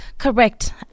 Correct